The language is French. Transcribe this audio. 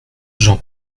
j’en